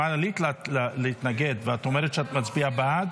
אם עלית להתנגד ואת אומרת שאת מצביעה בעד,